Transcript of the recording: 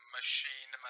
Machine